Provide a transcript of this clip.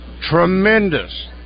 tremendous